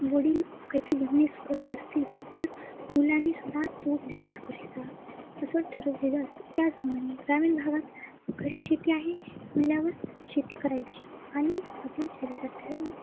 वडील काहीतरी बिझनेस करत असतील तर मुलांनीसुद्धा तो बिझनेस करायचा असं ठरवलेलं असतो त्याचप्रमाणे ग्रामीण भागात घरी शेती आहे म्हटल्यावर शेती करायची आणि आपलं चरितार्थ